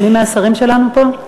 מי מהשרים שלנו פה?